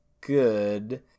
good